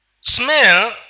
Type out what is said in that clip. Smell